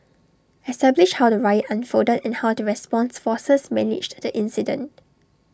establish how the riot unfolded and how the response forces managed the incident